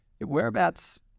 whereabouts